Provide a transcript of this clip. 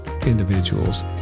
individuals